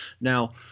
Now